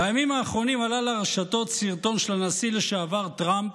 בימים האחרונים עלה לרשתות סרטון של הנשיא לשעבר טראמפ,